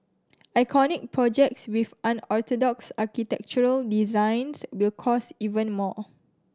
iconic projects with unorthodox architectural designs will cost even more